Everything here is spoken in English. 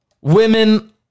women